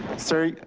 sir.